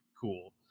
cool